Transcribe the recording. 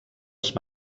els